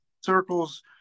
circles